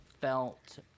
felt